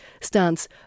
stance